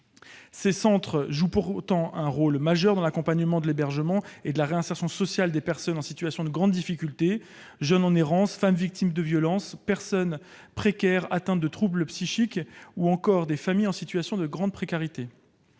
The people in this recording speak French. Ces centres jouent pourtant un rôle majeur dans l'accompagnement, l'hébergement et la réinsertion sociale de personnes en situation de grande difficulté : jeunes en errance, femmes victimes de violence, personnes précaires atteintes de troubles psychiques ou encore familles en situation de très grande précarité.